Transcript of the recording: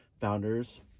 founders